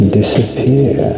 disappear